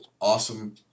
awesome